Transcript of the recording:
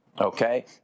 Okay